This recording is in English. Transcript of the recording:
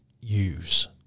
use